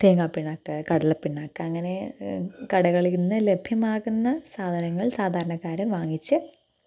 തേങ്ങാ പിണ്ണാക്ക് കടല പിണ്ണാക്ക് അങ്ങനേ കടകളിയിൽ നിന്ന് ലഭ്യമാകുന്ന സാധനങ്ങൾ സാധാരണക്കാർ വാങ്ങിച്ച്